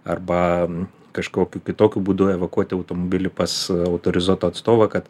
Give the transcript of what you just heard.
arba kažkokiu kitokiu būdu evakuoti automobilį pas autorizuotą atstovą kad